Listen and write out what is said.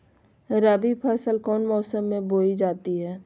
रबी फसल कौन मौसम में बोई जाती है?